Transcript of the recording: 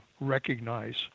recognize